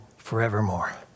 forevermore